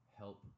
help